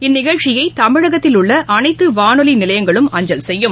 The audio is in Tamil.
இந்நிகழ்ச்சியைதமிழகத்தில் உள்ளஅனைத்துவானொலிநிலையங்களும் அஞ்சல் செய்யும்